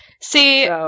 See